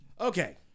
Okay